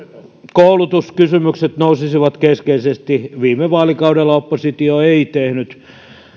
koulutuskysymykset nousisivat keskeisesti viime vaalikaudella oppositio ei tehnyt